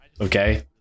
Okay